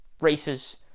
races